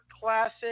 classic